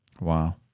Wow